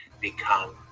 become